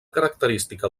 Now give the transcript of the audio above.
característica